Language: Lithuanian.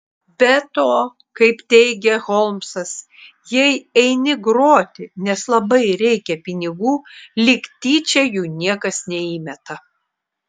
be to kaip teigia holmsas jei eini groti nes labai reikia pinigų lyg tyčia jų niekas neįmeta